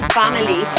family